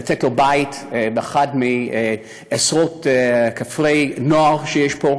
לתת לו בית באחד מעשרות כפרי נוער שיש פה,